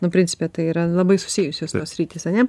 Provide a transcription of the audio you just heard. nu principe tai yra labai susijusios sritys ane